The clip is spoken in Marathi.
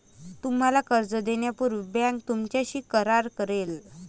तुम्हाला कर्ज देण्यापूर्वी बँक तुमच्याशी करार करेल